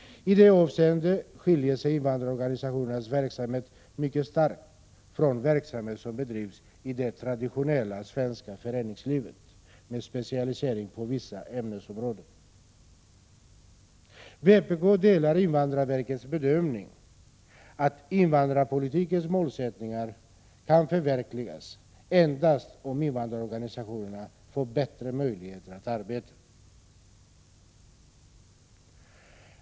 I det avseendet skiljer sig invandrarorganisationernas verksamhet mycket starkt från verksamhet som bedrivs i det traditionella svenska föreningslivet med specialisering på vissa ämnesområden. Vpk delar invandrarverkets bedömning att invandrarpolitikens målsättningar kan förverkligas endast om invandrarorganisationerna får bättre möjligheter att arbeta.